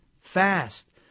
fast